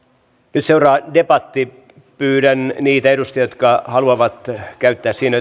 nyt seuraa debatti pyydän niitä edustajia jotka haluavat käyttää siinä